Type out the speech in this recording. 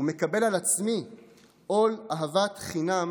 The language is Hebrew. ומקבל על עצמי עול אהבת חינם